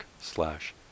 slash